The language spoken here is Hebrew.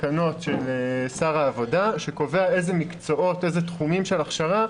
תקנות של שר העבודה שקובע איזה מקצועות ואיזה תחומים של הכשרה,